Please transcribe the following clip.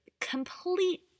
complete